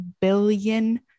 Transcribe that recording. billion